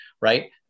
right